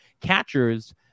Catchers